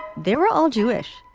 they were all jewish.